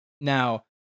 Now